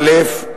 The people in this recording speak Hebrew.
א.